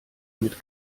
mit